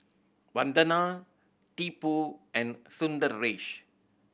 Vandana Tipu and Sundaresh